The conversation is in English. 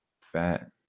fat